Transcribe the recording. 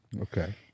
okay